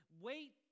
Wait